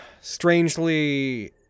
strangely